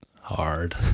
hard